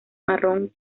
marrón